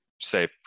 say